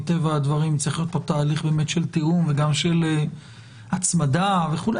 מטבע הדברים צריך להיות פה תהליך של תיאום וגם של הצמדה וכולי,